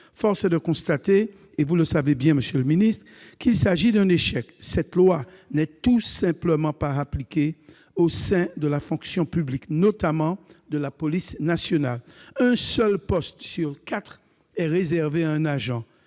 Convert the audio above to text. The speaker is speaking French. Force est de constater, et vous le savez bien monsieur le secrétaire d'État, qu'il s'agit d'un échec : cette loi n'est tout simplement pas appliquée au sein de la fonction publique, notamment de la police nationale, dans laquelle un seul poste sur quatre est réservé à un agent